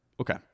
Okay